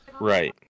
Right